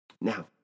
Now